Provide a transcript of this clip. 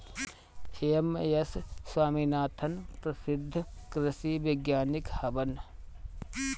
M S Swaminathan प्रसिद्ध कृषि वैज्ञानिक हवन